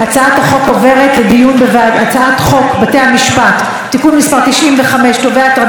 הצעת חוק בתי המשפט (תיקון מס' 95) (תובע טרדן),